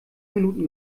minuten